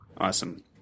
Awesome